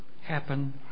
happen